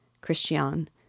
Christian